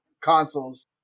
consoles